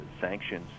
sanctions